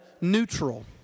neutral